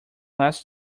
last